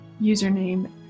username